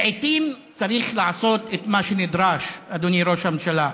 לעיתים צריך לעשות את מה שנדרש, אדוני ראש הממשלה.